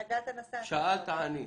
שאלת תעני.